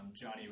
Johnny